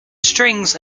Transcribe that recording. strings